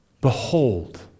Behold